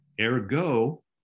Ergo